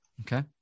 Okay